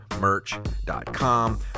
Merch.com